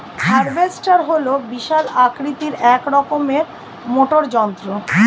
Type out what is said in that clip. harvester হল বিশাল আকৃতির এক রকমের মোটর যন্ত্র